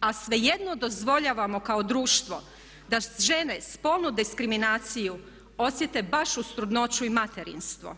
a svejedno dozvoljavamo kao društvo da žene spolnu diskriminaciju osjete baš uz trudnoću i materinstvo.